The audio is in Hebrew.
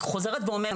אני חוזרת ואומרת,